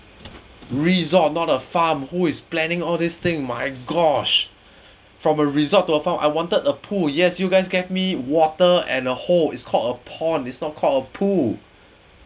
resort not a farm who is planning all this thing my gosh from a resort to a farm I wanted a pool yes you guys get me water and the hole is called a pond is not called a pool